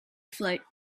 float